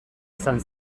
izan